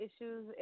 issues